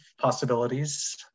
possibilities